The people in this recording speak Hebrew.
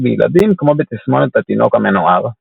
בילדים כמו בתסמונת התינוק המנוער.